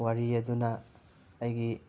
ꯋꯥꯔꯤ ꯑꯗꯨꯅ ꯑꯩꯒꯤ